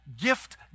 Gift